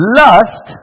lust